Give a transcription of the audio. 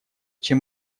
чем